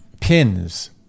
pins